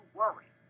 worry